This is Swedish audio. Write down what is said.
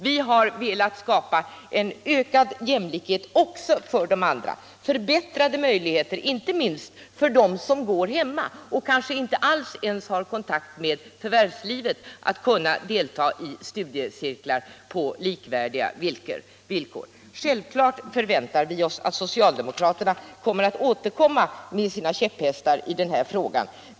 Vi har velat skapa ökad jämlikhet också för de andra grupperna och förbättrade möjligheter, inte minst för dem som går hemma och kanske inte ens har kontakt med förvärvslivet, att delta i studiecirklar på likvärdiga villkor. Självfallet väntar vi oss att socialdemokraterna återkommer med sina käpphästar i denna fråga.